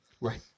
Right